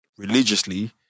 religiously